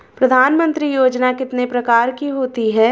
प्रधानमंत्री योजना कितने प्रकार की होती है?